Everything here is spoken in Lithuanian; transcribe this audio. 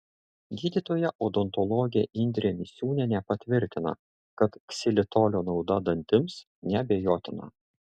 gydytoja odontologė indrė misiūnienė patvirtina kad ksilitolio nauda dantims neabejotina